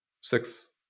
Six